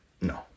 no